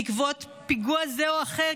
בעקבות פיגוע זה או אחר,